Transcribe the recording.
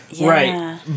Right